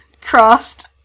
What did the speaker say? crossed